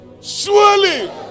Surely